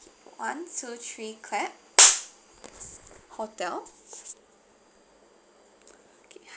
one two three clap hotel